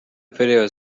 periood